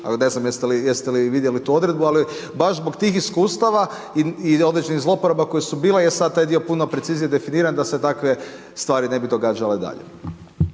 ne znam jeste li vidjeli tu odredbu ali baš zbog tih iskustava i određenih zloporaba koje su bile je sada taj dio puno preciznije definiran da se takve stvari ne bi događale dalje.